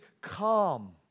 calm